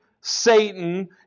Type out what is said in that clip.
Satan